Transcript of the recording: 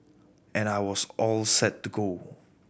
and I was all set to go